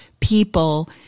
people